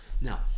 Now